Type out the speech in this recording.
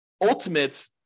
ultimate